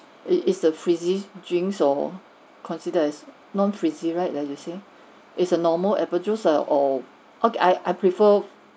is is the frizzy drinks or consider as non frizzy right I assume is a normal apple juice uh or okay I I prefer